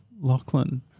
Lachlan